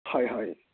হয় হয়